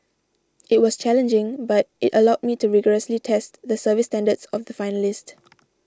it was challenging but it allowed me to rigorously test the service standards of the finalist